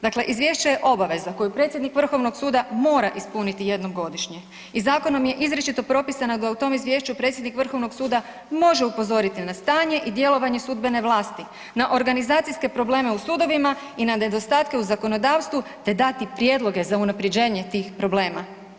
Dakle izvješće je obaveza koju predsjednik Vrhovnog suda mora ispuniti jednom godišnje i zakonom je izričito propisano da u tom izvješću predsjednik Vrhovnog suda može upozoriti na stanje i djelovanje sudbene vlasti, na organizacijske probleme u sudovima i na nedostatke u zakonodavstvu te dati prijedloge za unapređenje tih problema.